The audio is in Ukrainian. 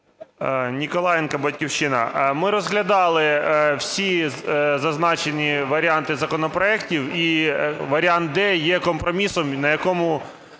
Ніколаєнко, "Батьківщина". Ми розглядали всі зазначені варіанти законопроектів і варіант "д" є компромісом, на якому